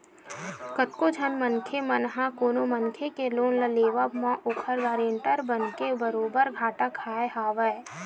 कतको झन मनखे मन ह कोनो मनखे के लोन लेवब म ओखर गारंटर बनके बरोबर घाटा खाय हवय